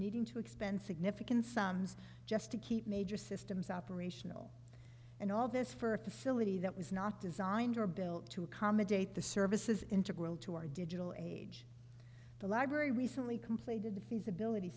needing to expend significant sums just to keep major systems operational and all this for a facility that was not designed or built to accommodate the service is integral to our digital age the library recently completed the feasibility